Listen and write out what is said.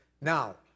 Now